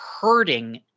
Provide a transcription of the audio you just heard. hurting